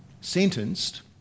sentenced